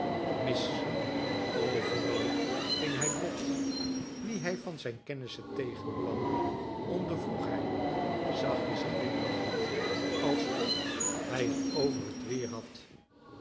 mis overal ving hij bot wie hij van zijn kennissen tegenkwam ondervroeg hij zachtjes glimlachend alsof hij t over t weer had